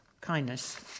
Kindness